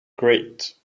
great